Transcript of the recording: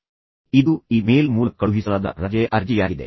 ಆದ್ದರಿಂದ ಇದು email ಮೂಲಕ ಕಳುಹಿಸಲಾದ ರಜೆ ಅರ್ಜಿಯಾಗಿದೆ